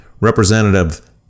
Representative